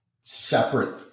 separate